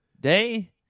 day